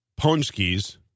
Ponskis